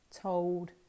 told